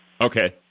Okay